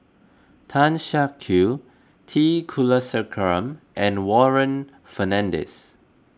Tan Siak Kew T Kulasekaram and Warren Fernandez